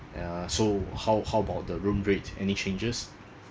ya so how how about the room rate any changes